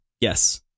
Yes